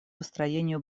построению